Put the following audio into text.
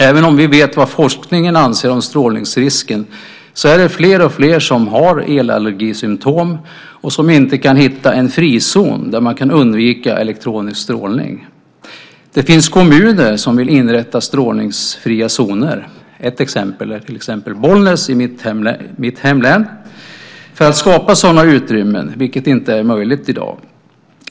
Även om vi vet vad forskningen anser om strålningsrisken är det fler och fler som har elallergisymtom och som inte kan hitta en frizon där man kan undvika elektronisk strålning. Det finns kommuner som vill inrätta strålningsfria zoner - ett exempel är Bollnäs i mitt hemlän - för att skapa sådana utrymmen, vilket inte är möjligt i dag.